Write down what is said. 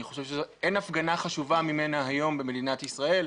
אני חושב שאין הפגנה חשובה ממנה היום במדינת ישראל,